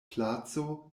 placo